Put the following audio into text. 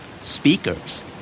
Speakers